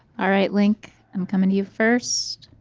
all right link, i'm coming to you first.